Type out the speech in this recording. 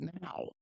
now